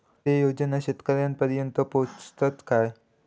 ते योजना शेतकऱ्यानपर्यंत पोचतत काय?